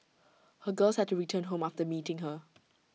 her girls had to return home after meeting her